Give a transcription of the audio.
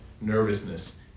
nervousness